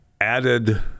added